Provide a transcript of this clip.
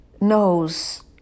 knows